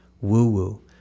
woo-woo